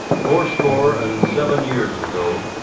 four score and seven years ago,